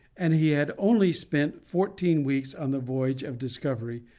and he had only spent fourteen weeks on the voyage of discovery,